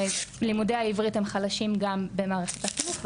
לימודי העברית הם חלשים גם במערכת החינוך,